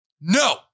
No